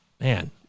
man